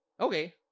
Okay